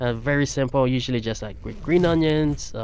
ah very simple. usually just like like green onions,